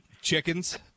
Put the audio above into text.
Chickens